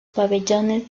pabellones